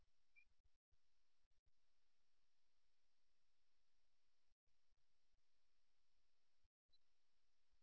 இதனுடன் ஒப்பிடுகையில் கால் முன்னோக்கி நிலை நாம் விலகிச் செல்லவிருப்பதாகக் கூறுகிறது இது பொதுவாக நீண்ட மற்றும் கடினமான தேநீரின் முடிவை நோக்கி மக்களால் ஏற்றுக்கொள்ளப்படுகிறது